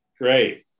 Great